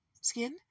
skin